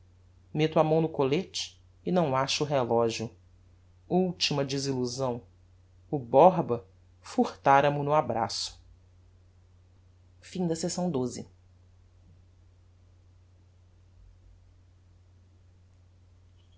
a mão no collete e não acho o relogio ultima desillusão o borba furtára mo no abraço capitulo